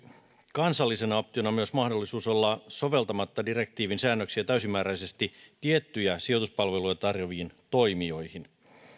kansallisena optiona myös mahdollisuus olla soveltamatta direktiivin säännöksiä täysimääräisesti tiettyjä sijoituspalveluita tarjoaviin toimijoihin